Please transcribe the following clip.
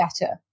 better